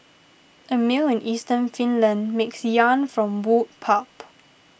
a mill in eastern Finland makes yarn from wood pulp